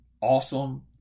awesome